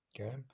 Okay